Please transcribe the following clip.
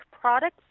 products